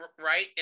right